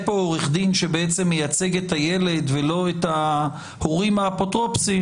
כאן עורך דין שמייצג את הילד ולא את ההורים האפוטרופסים,